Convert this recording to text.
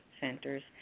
Centers